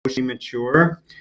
mature